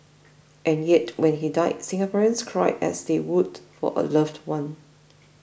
and yet when he died Singaporeans cried as they would for a loved one